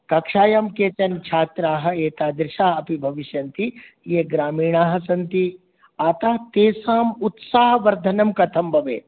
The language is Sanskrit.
कक्षायां केचन छात्राः एतादृशाः अपि भविष्यन्ति ये ग्रामीणाः सन्ति अतः तेषां उत्साहवर्धनं कथं भवेत्